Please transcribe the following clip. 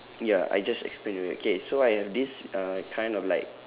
ya I just explain already okay so I have this uh kind of like